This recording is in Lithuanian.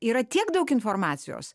yra tiek daug informacijos